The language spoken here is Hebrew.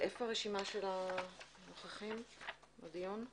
מי מהמשרד להגנת הסביבה רוצה לדבר ראשון?